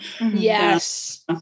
Yes